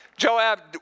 Joab